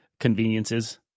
conveniences